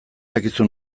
dakizu